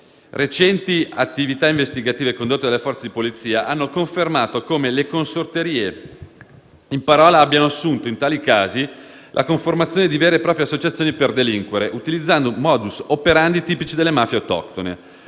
Recenti attività investigative, condotte dalle Forze di polizia, hanno confermato come le consorterie in parola abbiano assunto, in taluni casi, la conformazione di vere e proprie associazioni per delinquere, utilizzando *modus operandi* tipici delle mafie autoctone.